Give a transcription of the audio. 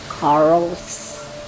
Corals